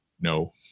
no